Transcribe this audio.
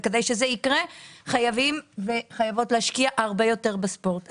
כדי שזה יקרה חייבים וחייבות להשקיע הרבה יותר בספורט.